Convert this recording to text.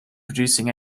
producing